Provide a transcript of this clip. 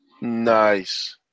Nice